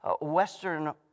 Western